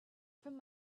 from